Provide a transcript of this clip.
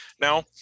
now